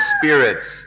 spirits